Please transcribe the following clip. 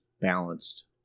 balanced